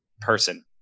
person